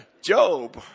Job